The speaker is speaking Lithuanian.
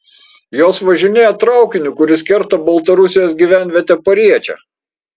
jos važinėja traukiniu kuris kerta baltarusijos gyvenvietę pariečę